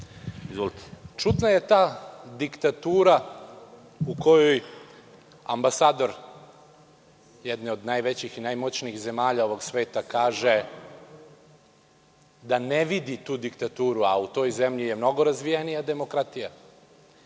Čudna je ta diktatura u kojoj ambasador jedne od najvećih i najmoćnijih zemalja ovog sveta kaže da ne vidi tu diktaturu, a u toj zemlji je mnogo razvijenija demokratija.